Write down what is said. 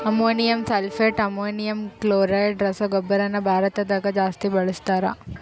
ammonium sulphate, ammonium chloride ರಸಗೊಬ್ಬರನ ಭಾರತದಗ ಜಾಸ್ತಿ ಬಳಸ್ತಾರ